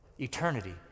Eternity